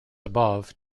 above